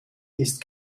ist